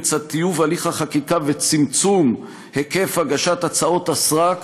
בצד טיוב הליך החקיקה וצמצום היקף הגשת הצעות הסרק,